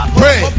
pray